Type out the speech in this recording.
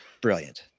Brilliant